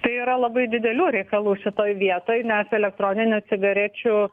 tai yra labai didelių reikalų šitoj vietoj nes elektroninių cigarečių